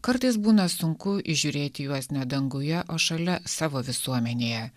kartais būna sunku įžiūrėti juos ne danguje o šalia savo visuomenėje